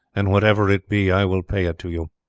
and whatever it be i will pay it to you.